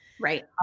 Right